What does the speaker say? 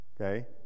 Okay